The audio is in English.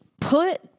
put